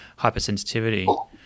hypersensitivity